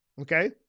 Okay